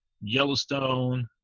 Yellowstone